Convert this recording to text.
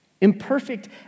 Imperfect